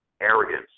arrogance